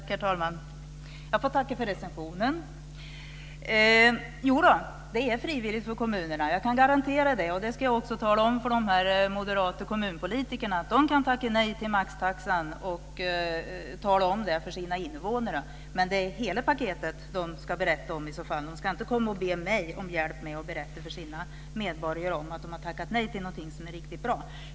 Herr talman! Jag får tacka för recensionen. Jo, det är frivilligt för kommunerna. Jag kan garantera det, och det ska jag också tala om för de moderata kommunpolitikerna. De kan tacka nej till maxtaxan och tala om det för sina invånare. Men de ska berätta om hela paketet i så fall. De ska inte be mig om hjälp att berätta för sina medborgare att de har tackat nej till någonting som är riktigt bra.